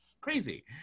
crazy